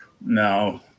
No